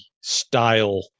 style